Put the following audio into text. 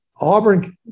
Auburn